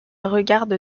regarde